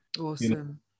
Awesome